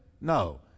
No